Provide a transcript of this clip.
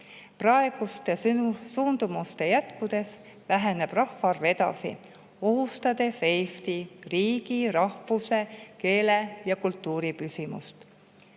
Praeguste suundumuste jätkudes väheneb rahvaarv edasi, ohustades Eesti riigi ning eesti rahvuse, keele ja kultuuri püsimist.